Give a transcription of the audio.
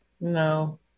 No